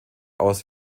aus